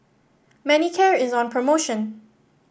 Manicare is on promotion